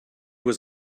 was